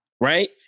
Right